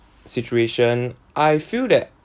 situation I feel that